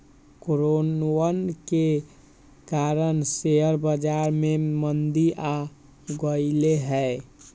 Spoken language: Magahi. कोरोनवन के कारण शेयर बाजार में मंदी आ गईले है